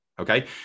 Okay